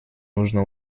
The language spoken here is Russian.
нужно